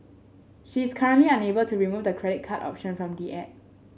she's currently unable to remove the credit card option from the app